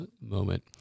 moment